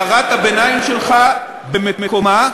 הערת הביניים שלך במקומה.